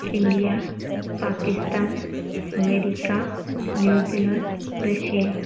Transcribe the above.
India Pakistan America New Zealand Russia